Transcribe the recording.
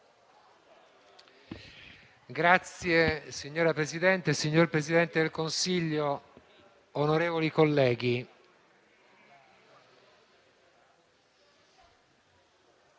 Signor Presidente, signor Presidente del Consiglio, onorevoli colleghi,